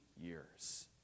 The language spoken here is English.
years